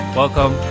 welcome